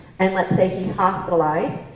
and let's say he's hospitalized,